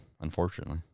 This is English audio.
unfortunately